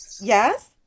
yes